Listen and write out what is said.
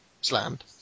slammed